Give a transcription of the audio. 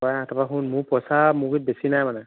তই আহ তাৰ পৰা শুন মোৰ পইচা মোৰ গুৰিত বেছি নাই মানে